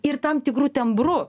ir tam tikru tembru